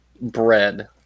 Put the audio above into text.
bread